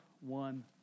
one